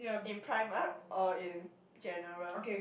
in primark or in general